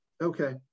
Okay